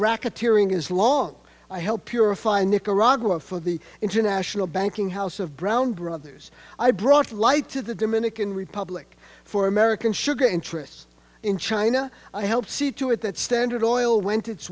racketeering is long i help your refine nicaragua for the international banking house of brown brothers i brought light to the dominican republic for american sugar interests in china i helped see to it that standard oil went it